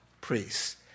priests